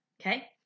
okay